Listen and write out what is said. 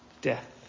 death